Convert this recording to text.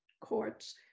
courts